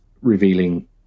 revealing